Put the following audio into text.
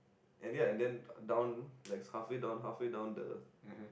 and then and then down like halfway down halfway down the